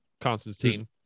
constantine